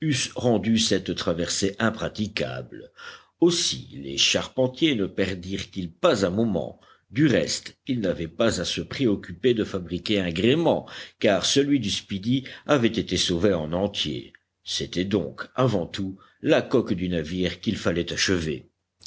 rendu cette traversée impraticable aussi les charpentiers ne perdirent ils pas un moment du reste ils n'avaient pas à se préoccuper de fabriquer un gréement car celui du speedy avait été sauvé en entier c'était donc avant tout la coque du navire qu'il fallait achever